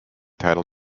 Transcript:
title